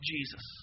Jesus